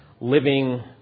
living